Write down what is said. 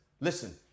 listen